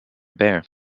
bear